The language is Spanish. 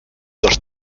dos